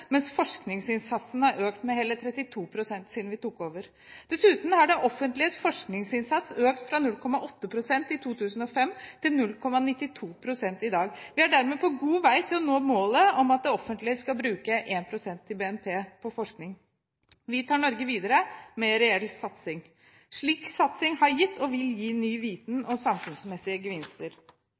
mens forskningsinnsatsen har økt med hele 32 pst. siden vi tok over. Dessuten har det offentliges forskningsinnsats økt fra 0,8 pst. i 2005 til 0,92 pst. i dag. Vi er dermed på god vei til å nå målet om at det offentlige skal bruke 1 pst. av BNP på forskning. Vi tar Norge videre, med reell satsing. Slik satsing har gitt og vil gi ny viten og samfunnsmessige gevinster.